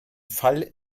fall